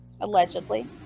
Allegedly